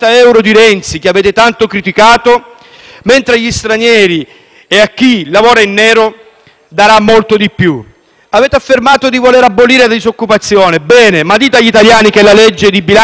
di più agli stranieri e a chi lavora in nero. Avete affermato di voler abolire la disoccupazione: bene, ma dite agli italiani che la legge di bilancio non prevede nulla per creare occupazione